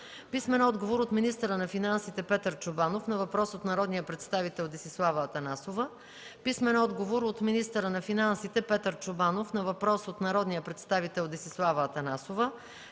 Атанасова; - от министъра на финансите Петър Чобанов на въпрос от народния представител Десислава Атанасова; - от министъра на финансите Петър Чобанов на въпрос от народния представител Десислава Атанасова;